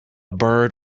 bird